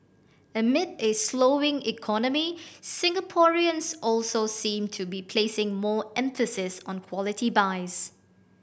amid a slowing economy Singaporeans also seem to be placing more emphasis on quality buys